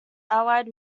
allied